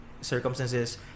circumstances